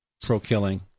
Pro-killing